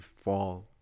fall